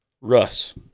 Russ